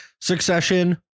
succession